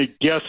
guess